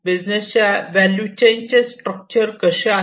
बिझनेसच्या value chain चे structure कसे आहे